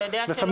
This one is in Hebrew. אתה יודע שלא.